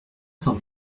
cent